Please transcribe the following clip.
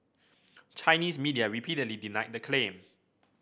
Chinese media repeatedly denied the claim